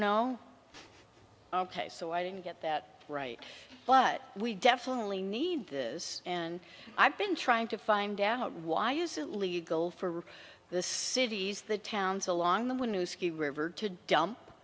no ok so i didn't get that right but we definitely need this and i've been trying to find out why is it legal for the cities the towns along the way new ski river to dump